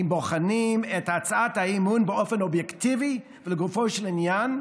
אם בוחנים את הצעת האי-אמון באופן אובייקטיבי ולגופו של עניין,